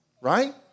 right